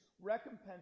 recompense